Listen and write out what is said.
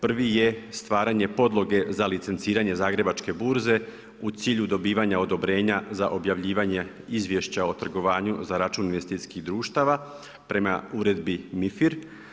Prvi je stvaranje podloge za licenciranje Zagrebačke burze u cilju dobivanja odobrenja za objavljivanje izvješća o trgovanju za račun investicijskih društava prema Uredbi MIFIR.